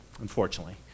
unfortunately